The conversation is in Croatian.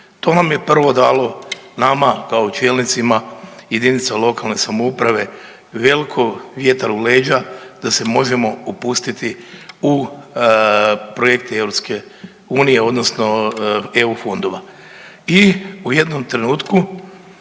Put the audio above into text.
To nam je prvo dalo nama kao čelnicima jedinica lokalne samouprave veliki vjetar u leđa da se možemo upustiti u projekte EU odnosno eu fondova.